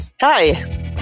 Hi